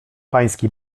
pański